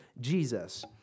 Jesus